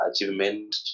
achievement